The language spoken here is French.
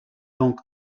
donc